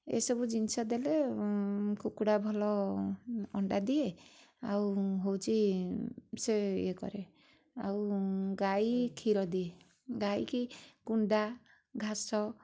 ଏସବୁ ଜିନିଷ ଦେଲେ କୁକୁଡ଼ା ଭଲ ଅଣ୍ଡା ଦିଏ ଆଉ ହେଉଛି ସେ ୟେ କରେ ଆଉ ଗାଈ କ୍ଷୀର ଦିଏ ଗାଈ କି କୁଣ୍ଡା ଘାସ